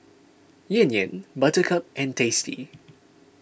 Yan Yan Buttercup and Tasty